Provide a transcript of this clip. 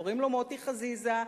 קוראים לו מוטי חזיזה.